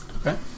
Okay